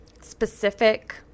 specific